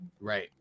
Right